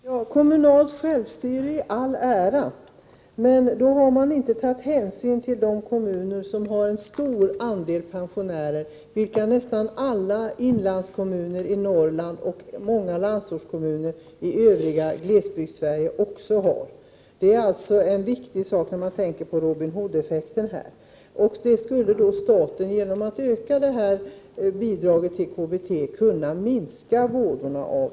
Herr talman! Kommunalt självstyre i all ära, men då har man inte tagit hänsyn till de kommuner som har en stor andel pensionärer, vilket nästan alla inlandskommuner i Norrland och många landsortskommuner i övriga Glesbygdssverige har. Detta är alltså viktigt när man tänker på Robin Hood-effekten. Staten skulle, genom att öka bidraget till KBT, kunna minska vådorna.